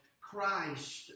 Christ